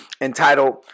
entitled